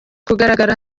kugaragara